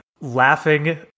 laughing